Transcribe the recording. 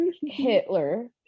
Hitler